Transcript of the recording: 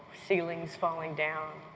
ceilings falling down.